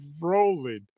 rolling